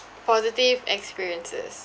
positive experiences